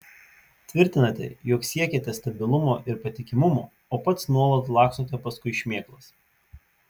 tvirtinate jog siekiate stabilumo ir patikimumo o pats nuolat lakstote paskui šmėklas